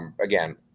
Again